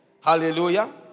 Hallelujah